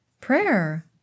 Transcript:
Prayer